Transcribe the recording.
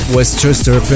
Westchester